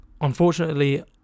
unfortunately